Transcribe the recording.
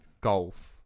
golf